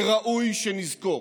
וראוי שנזכור